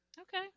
Okay